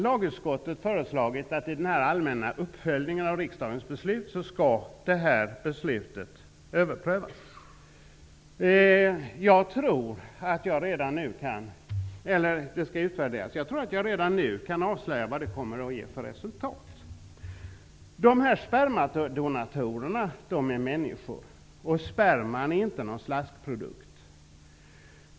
Lagutskottet har nu föreslagit att detta beslut skall utvärderas i den allmänna uppföljningen av riksdagens beslut. Jag tror att jag redan nu kan avslöja vad den kommer att ge för resultat. Spermandonatorerna är människor, och sperman är inte någon slaskprodukt.